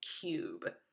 cube